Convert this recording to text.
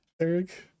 Eric